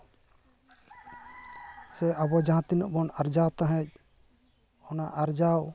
ᱥᱮ ᱟᱵᱚ ᱡᱟᱦᱟᱸ ᱛᱤᱱᱟᱹᱜ ᱵᱚᱱ ᱟᱨᱡᱟᱣ ᱛᱟᱦᱮᱸᱫᱚᱱᱟ ᱟᱨᱡᱟᱣ